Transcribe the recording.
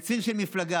איזה ציר של מפלגה.